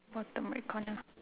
bottom right corner